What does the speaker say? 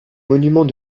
monuments